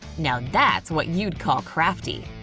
now that's what you'd call crafty!